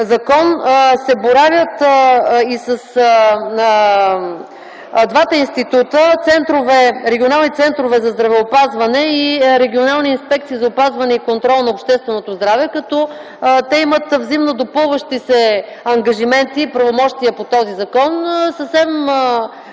се борави и с двата института – Регионални центрове за здравеопазване и Регионална инспекция за контрол на общественото здраве, като те имат взаимно допълващи се ангажименти и правомощия по този закон.